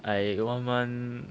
I got one month